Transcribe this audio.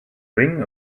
ring